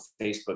facebook